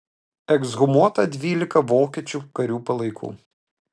ekshumuota dvylika vokiečių karių palaikų